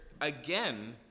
again